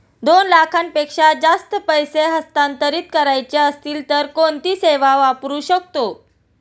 दोन लाखांपेक्षा जास्त पैसे हस्तांतरित करायचे असतील तर कोणती सेवा वापरू शकतो?